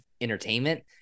entertainment